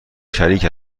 شریک